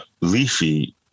Leafy